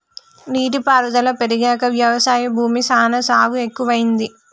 నీటి పారుదల పెరిగాక వ్యవసాయ భూమి సానా సాగు ఎక్కువైంది